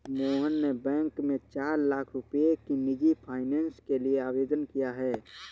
मोहन ने बैंक में चार लाख रुपए की निजी फ़ाइनेंस के लिए आवेदन किया है